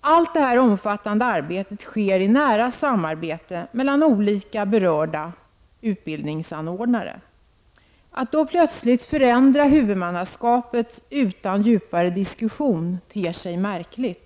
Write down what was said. Allt detta omfattande arbete sker i nära samarbete mellan olika berörda utbildningsanordnare. Att plötsligt förändra huvudmannaskapet utan djupare diskussion ter sig märkligt.